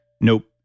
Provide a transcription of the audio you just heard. Nope